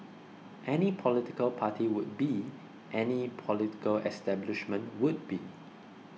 any political party would be any political establishment would be